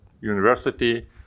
university